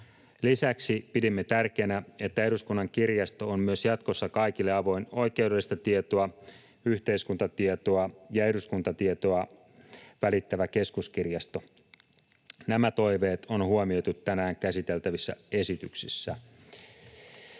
Lisäksi pidimme tärkeänä, että Eduskunnan kirjasto on myös jatkossa kaikille avoin oikeudellista tietoa, yhteiskuntatietoa ja eduskuntatietoa välittävä keskuskirjasto. Nämä toiveet on huomioitu tänään käsiteltävissä esityksissä.